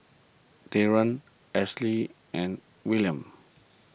Taren Ashlee and Williams